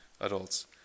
adults